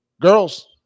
Girls